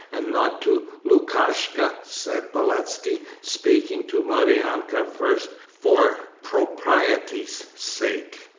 and not to lukashka said beletski, speaking to maryanka first for propriety's sake,